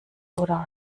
oder